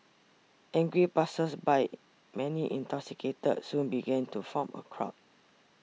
angry passersby many intoxicated soon began to form a crowd